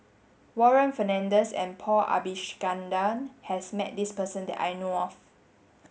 Warren Fernandez and Paul Abisheganaden has met this person that I know of